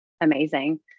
amazing